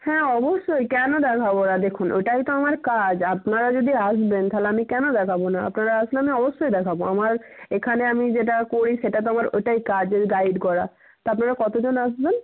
হ্যাঁ অবশ্যই কেন দেখাব না দেখুন ওটাই তো আমার কাজ আপনারা যদি আসবেন তাহলে আমি কেন দেখাব না আপনারা আসলে আমি অবশ্যই দেখাব আমার এখানে আমি যেটা করি সেটা তো আমার ওটাই কাজ গাইড করা তা আপনারা কত জন আসবেন